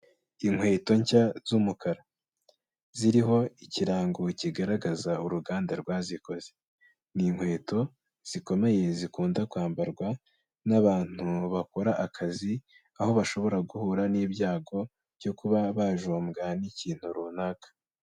Inkweto nshya z'umukara ziriho ikirango kigaragaza uruganda rwazikoze, ni inkweto zikomeye zikunda kwambarwa n'abantu bakora akazi, aho bashobora guhura n'ibyago byo kuba bajombwa n'ikintu runaka.